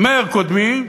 אומר קודמי: